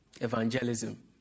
evangelism